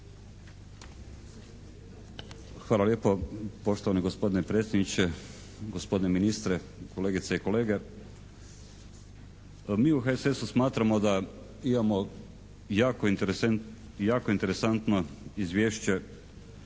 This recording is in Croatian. Hvala lijepo. Poštovani gospodine predsjedniče. Gospodine ministre. Kolegice i kolege. Mi u HSS-u smatramo da imamo jako interesantno izvješće